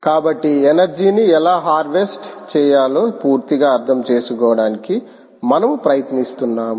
కాబట్టి ఎనర్జీ ని ఎలా హార్వెస్టచేయాలో పూర్తిగా అర్థం చేసుకోవడానికి మనము ప్రయత్నిస్తున్నాము